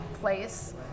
place